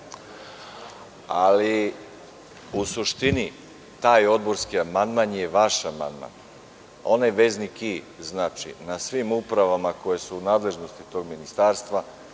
U suštini, taj odborski amandman je vaš amandman. Onaj veznik „i“ znači – na svim upravama koje su u nadležnosti tog ministarstva